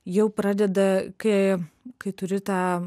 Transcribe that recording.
jau pradeda kai kai turi tą